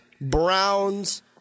Browns